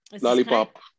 lollipop